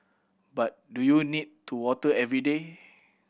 but do you need to water every day